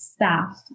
staff